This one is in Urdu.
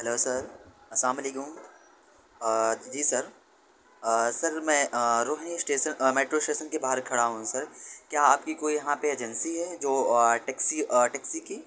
ہیلو سر السلام علیکم جی سر سر میں روہنی اسٹیسن میٹرو اسٹیسن کے باہر کھڑا ہوں سر کیا آپ کی کوئی یہاں پہ ایجنسی ہے جو ٹیکسی ٹیکسی کی